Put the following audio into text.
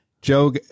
Joe